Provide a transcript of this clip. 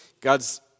God's